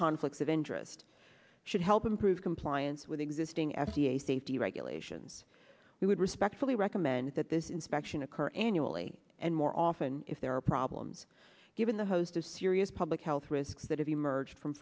conflicts of interest should help improve compliance with existing f d a safety regulations we would respectfully recommend that this inspection occur annually and more often if there are problems given the host of serious public health risks that have emerged from